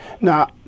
Now